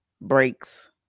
breaks